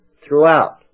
Throughout